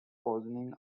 poisoning